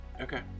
Okay